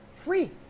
Free